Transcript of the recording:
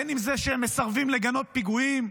אם זה כשהם מסרבים לגנות פיגועים,